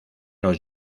los